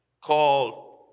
called